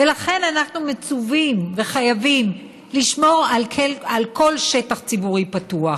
ולכן אנחנו מצווים וחייבים לשמור על כל שטח ציבורי פתוח.